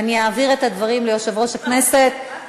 ואני אעביר את הדברים ליושב-ראש הכנסת.